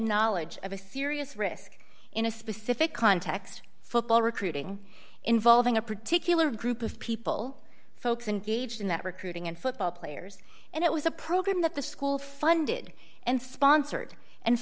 knowledge of a serious risk in a specific context football recruiting involving a particular group of people folks and gauged in that recruiting and football players and it was a program that the school funded and sponsored and